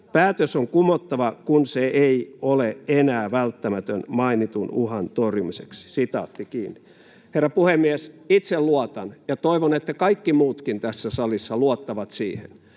Päätös on kumottava, kun se ei ole enää välttämätön mainitun uhan torjumiseksi.” Herra puhemies! Itse luotan, ja toivon, että kaikki muutkin tässä salissa luottavat siihen,